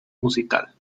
musical